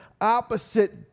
opposite